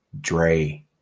Dre